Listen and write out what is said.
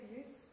use